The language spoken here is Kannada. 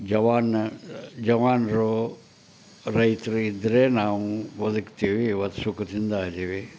ಜವಾನ ಜವಾನರು ರೈತರು ಇದ್ದರೆ ನಾವು ಬದುಕ್ತೀವಿ ಇವತ್ತು ಸುಖದಿಂದ ಇದೀವಿ